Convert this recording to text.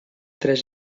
tres